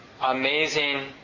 amazing